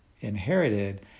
inherited